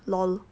lol